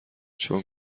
چون